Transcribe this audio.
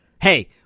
Hey